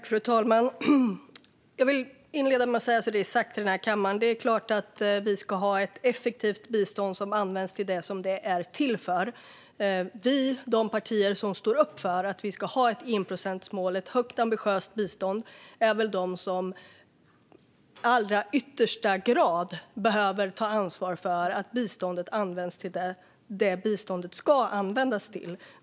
Fru talman! Jag vill inleda med att säga följande, så att det är sagt i den här kammaren: Det är klart att vi ska ha ett effektivt bistånd som används till det som det är till för. Vi i de partier som står upp för att vi ska ha ett enprocentsmål - ett högt och ambitiöst bistånd - är väl de som i allra högsta grad behöver ta ansvar för att biståndet används till det som biståndet ska användas till.